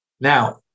Now